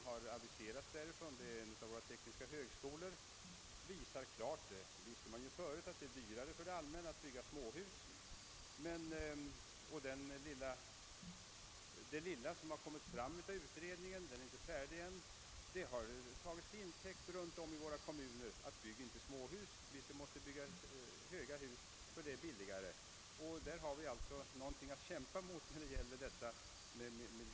Vad som aviserats från denna utredning, som görs på en av våra tekniska högskolor, visar klart att — något som man visste förut — det är dyrare för det allmänna att bygga småhus. Det material som utredningen hittills presenterat har av många kommuner redan tagits till intäkt för att inte bygga småhus, eftersom det är billigare att bygga höghus. Mot detta måste man emellertid ställa miljösynpunkterna.